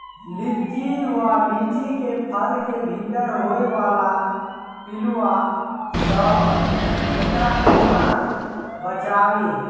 लिच्ची वा लीची केँ फल केँ भीतर होइ वला पिलुआ सऽ एकरा कोना बचाबी?